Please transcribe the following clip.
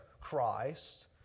Christ